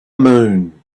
moon